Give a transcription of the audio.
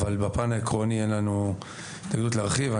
אבל בפן העקרוני אין לנו התנגדות להרחיב.